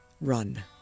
run